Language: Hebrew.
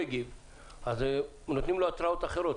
אז נותנים לו התראות אחרות,